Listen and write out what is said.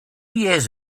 years